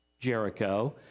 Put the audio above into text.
Jericho